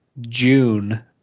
June